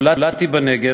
נולדתי בנגב,